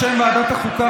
בשם ועדת החוקה,